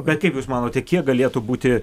bet kaip jūs manote kiek galėtų būti